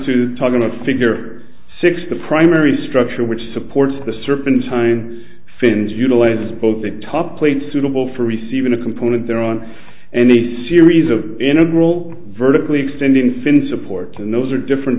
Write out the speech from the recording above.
to talking to figure six the primary structure which supports the serpentine fins utilizes both a top plate suitable for receiving a component there on and the series of integral vertically extending fin supports and those are different